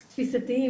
תפיסתיים,